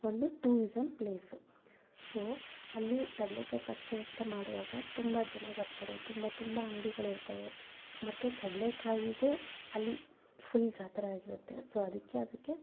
ಒಂದು tourism place so ಅಲ್ಲಿ ಕಡಲೇಕಾಯಿ ಪರಿಷೆ ಅಂತ ಮಾಡೋವಾಗ ತುಂಬ ಜನ ಬರ್ತಾರೆ ತುಂಬ ತುಂಬ ಅಂಗ್ಡಿಗಳು ಇರ್ತಾವೆ ಮತ್ತೆ ಕಡಲೇಕಾಯಿದೆ ಅಲ್ಲಿ ಫುಲ್ ಜಾತ್ರೆ ಆಗಿರುತ್ತೆ ಸೊ ಅದಕ್ಕೆ ಅದಕ್ಕೆ